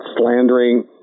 slandering